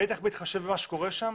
בטח בהתחשב במה שקורה שם,